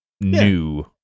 new